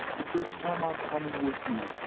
but this time, i'm coming with you.